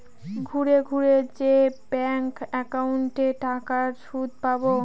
ঘুরে ঘুরে যে ব্যাঙ্ক একাউন্টে টাকার সুদ পাবো